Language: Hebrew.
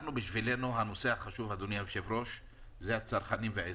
בשבילנו הנושא החשוב הוא הצרכנים והאזרחים.